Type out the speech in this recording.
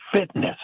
fitness